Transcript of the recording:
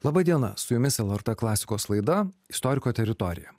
laba diena su jumis lrt klasikos laida istoriko teritorija